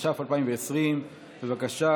התש"ף 2020. בבקשה.